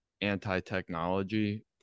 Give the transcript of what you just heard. anti-technology